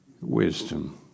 Wisdom